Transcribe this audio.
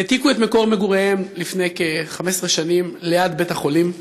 הם העתיקו את מקום מגוריהם לפני כ-15 שנים ליד בית-החולים,